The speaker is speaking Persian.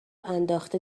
انداخته